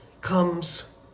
comes